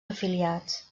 afiliats